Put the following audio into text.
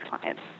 clients